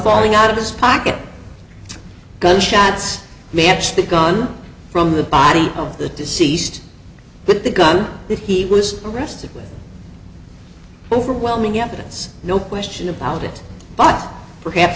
falling out of his pocket gun shots may actually gone from the body of the deceased but the gun that he was arrested overwhelming evidence no question about it but perhaps